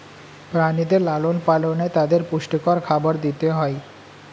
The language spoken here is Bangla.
প্রাণীদের লালন পালনে তাদের পুষ্টিকর খাবার দিতে হয়